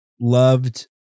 Loved